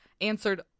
answered